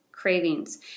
cravings